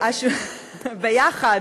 השביעית בליכוד.